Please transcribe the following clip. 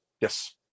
Yes